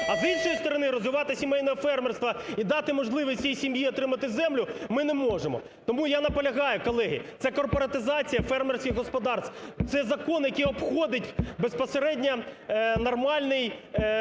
а, з іншої сторони, розвивати сімейне фермерство і дати можливість всій отримати землю ми не можемо. Тому я наполягаю, колеги, це корпоратизація фермерських господарств, це закон, який обходить безпосередньо нормальний…